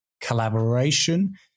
collaboration